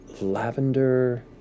lavender